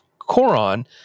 Coron